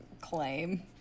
claim